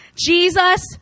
Jesus